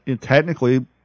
technically